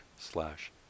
slash